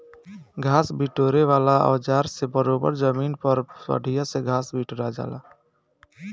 घास बिटोरे वाला औज़ार से बरोबर जमीन पर बढ़िया से घास बिटोरा जाला